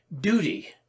duty